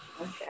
Okay